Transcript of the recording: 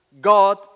God